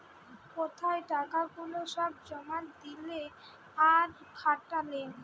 কোথায় টাকা গুলা সব জমা দিলে আর খাটালে